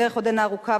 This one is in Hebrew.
הדרך עודנה ארוכה,